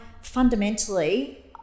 fundamentally